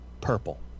purple